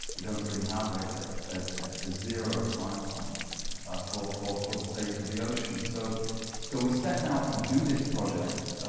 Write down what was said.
we don't really have a ah zero time point for for the state of the ocean. so so we set out to do this project